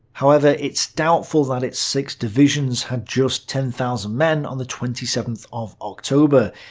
however, it's doubtful that it's six divisions had just ten thousand men on the twenty seventh of october,